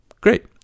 Great